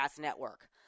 network